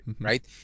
right